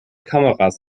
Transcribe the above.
kameras